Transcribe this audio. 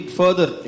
further